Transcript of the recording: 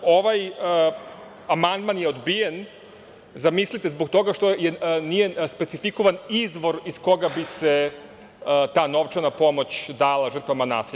Ovaj amandman je odbijen, zamislite, zbog toga što nije specifikovan izvor iz koga bi se ta novčana pomoć dala žrtvama nasilja.